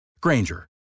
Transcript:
Granger